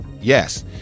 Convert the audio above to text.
Yes